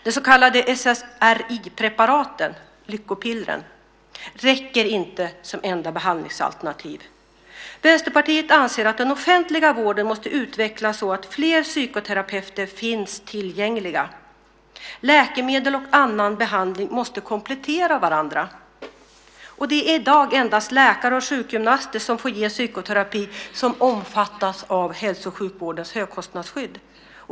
De så kallade SSRI-preparaten, lyckopillren, räcker inte som enda behandlingsalternativ. Vänsterpartiet anser att den offentliga vården måste utvecklas så att fler psykoterapeuter finns tillgängliga. Läkemedel och annan behandling måste komplettera varandra. Det är i dag endast läkare och sjukgymnaster som får ge psykoterapi som omfattas av hälso och sjukvårdens högkostnadsskydd.